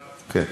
כן.